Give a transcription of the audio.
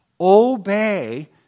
Obey